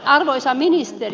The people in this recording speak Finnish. arvoisa ministeri